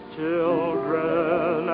children